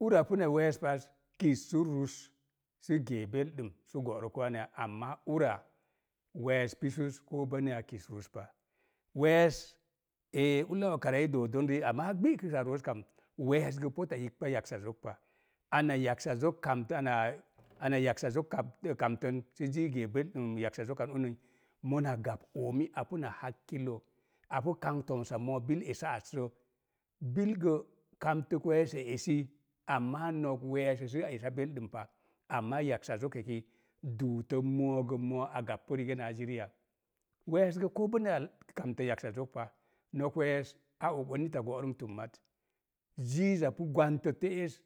Ura puna we̱e̱s paz, kis sə rus, sə gee belɗum sə, bo̱'rə ko aneya, amma ura we̱e̱s pisus koo bonneya kis rus pa. We̱e̱s, ee ulla okarə i doo don rii, amma gbi'kəka rook kam we̱e̱s gə pota yikkpa yaksa zok pa, ana yaksa zok kamt, anaa yaksa zok kamtən si ziiz gee belɗum yaksa zokon uni, mona gap oomi apu na hakkilo, apu kamkp to̱msa moo bil esa asrə, bil gə kamtə we̱e̱sa esi, amma no̱k we̱e̱sə sə za esa belɗum pa, amma yaksa zokaki duutə moogə moo a gappu riga naa ziri ya? We̱e̱s gə koo bonneya kamtə yaksa zok pa, no̱k we̱e̱s a og on nita bo̱'rət tumma. Ziiza pu gwantə te'ez